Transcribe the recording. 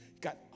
Got